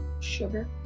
sugar